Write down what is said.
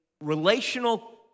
relational